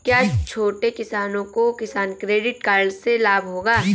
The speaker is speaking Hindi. क्या छोटे किसानों को किसान क्रेडिट कार्ड से लाभ होगा?